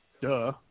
duh